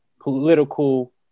political